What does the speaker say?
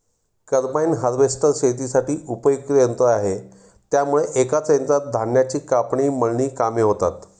combine harvester शेतीसाठी उपयुक्त यंत्र आहे त्यामुळे एकाच यंत्रात धान्याची कापणी, मळणी कामे होतात